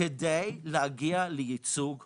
כדי להגיע לייצוג הולם.